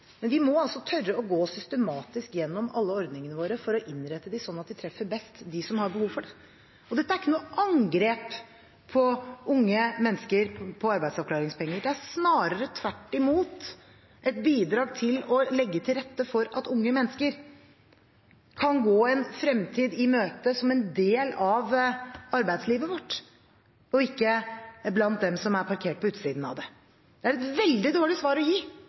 Men vi må tørre å gå systematisk igjennom alle ordningene våre for å innrette dem slik at det treffer best dem som har behov for det. Det er ikke noe angrep på unge mennesker på arbeidsavklaringspenger. Det er snarere tvert imot et bidrag til å legge til rette for at unge mennesker kan gå en fremtid i møte som en del av arbeidslivet vårt, ikke være blant dem som er parkert på utsiden av det. Det er et veldig dårlig svar å gi